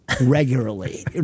regularly